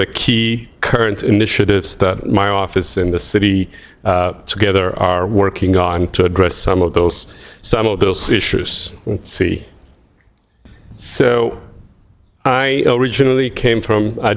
the key currents initiatives that my office in the city together are working on to address some of those some of those issues see so i originally came from